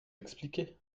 expliquer